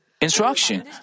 instruction